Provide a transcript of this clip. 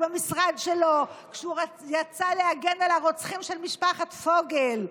במשרד שלו כשהוא יצא להגן על הרוצחים של משפחת פוגל.